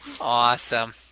Awesome